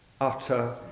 utter